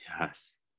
Yes